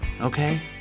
Okay